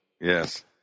Yes